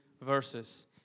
verses